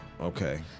Okay